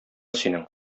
синең